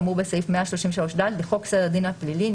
כאמור בסעיף 133(ד) לחוק סדר הדין הפלילי,